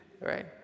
right